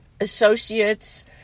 associates